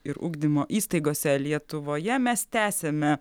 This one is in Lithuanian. ir ugdymo įstaigose lietuvoje mes tęsiame